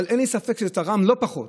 אבל אין לי ספק שזה תרם לא פחות,